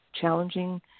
challenging